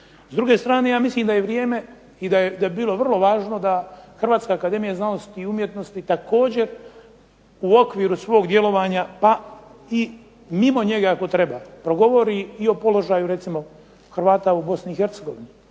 S druge strane, ja mislim da je vrijeme i da bi bilo vrlo važno da Hrvatska akademija znanosti i umjetnosti također u okviru svog djelovanja, pa i mimo njega ako treba progovori i o položaju recimo